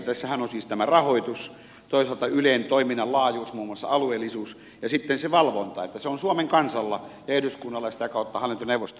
tässähän on siis tämä rahoitus toisaalta ylen toiminnan laajuus muun muassa alueellisuus ja sitten se valvonta että se on suomen kansalla ja eduskunnalla ja sitä kautta hallintoneuvostolla